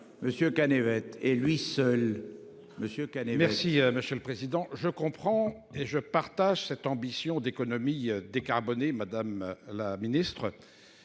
Monsieur K navette et lui seul monsieur. Merci Monsieur le Président je comprends et je partage cette ambition d'économie décarboné. Madame la ministre.